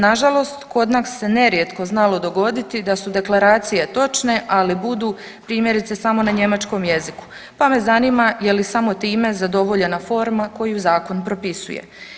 Nažalost, kod nas se nerijetko znalo dogoditi da su deklaracije točne ali budu primjerice samo na njemačkom jeziku, pa me zanima je li samo time zadovoljena forma koju zakon propisuje.